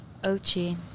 Ochi